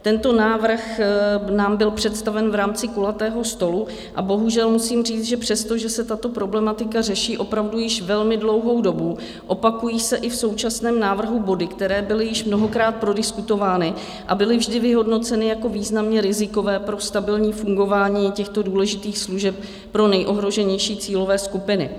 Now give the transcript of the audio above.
Tento návrh nám byl představen v rámci kulatého stolu a bohužel musím říct, že přestože se tato problematika řeší opravdu již velmi dlouhou dobu, opakují se i v současném návrhu body, které byly již mnohokrát prodiskutovány a byly vždy vyhodnoceny jako významně rizikové pro stabilní fungování těchto důležitých služeb pro nejohroženější cílové skupiny.